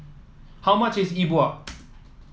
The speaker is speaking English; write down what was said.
how much is E Bua